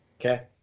Okay